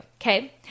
okay